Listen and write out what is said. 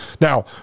Now